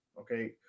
okay